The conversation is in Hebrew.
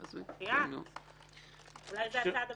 מה היכולת שלך להגיד לא לחברי כנסת ולהתווכח אתנו גם על הצעות חוק?